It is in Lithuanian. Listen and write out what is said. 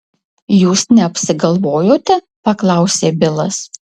jūs neapsigalvojote paklausė bilas